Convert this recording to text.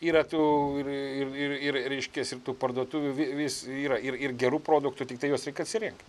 yra tų ir ir ir ir reiškias ir tų parduotuvių vi vis yra ir ir gerų produktų tiktai juos reik atsirinkt